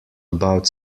about